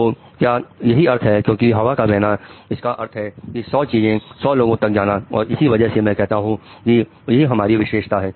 तो क्या यही अर्थ है क्योंकि हवा का बहना इसका अर्थ है कि 100 चीजें 100 लोगों तक जाना और इसी वजह से मैं कहता हूं कि यही हमारी विशेषता है